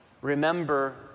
Remember